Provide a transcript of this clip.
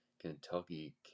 Kentucky